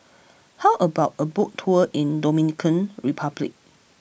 how about a boat tour in Dominican Republic